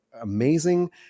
amazing